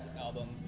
album